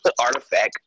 artifact